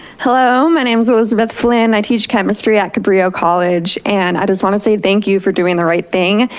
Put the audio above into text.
hello, my name is elizabeth flynn. i teach chemistry at cabrillo college. and i just want to say thank you for doing the right thing.